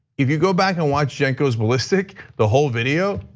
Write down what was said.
if you go back and watch cenk goes ballistic, the whole video,